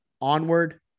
Onward